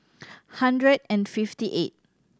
hundred and fifty eight